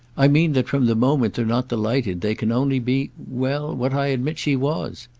i mean that from the moment they're not delighted they can only be well what i admit she was.